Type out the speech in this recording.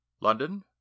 London